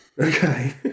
Okay